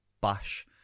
bash